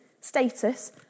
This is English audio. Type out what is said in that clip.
status